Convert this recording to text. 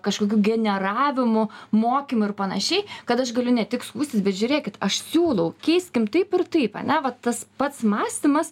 kažkokių generavimų mokymų ir panašiai kad aš galiu ne tik skųstis bet žiūrėkit aš siūlau keiskim taip ir taip ane va tas pats mąstymas